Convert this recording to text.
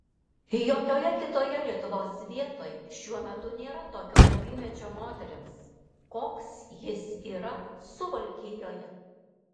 jokioje kitoje lietuvos vietoj šiuo metu nėra tokio darbymečio moterims koks jis yra suvalkijoje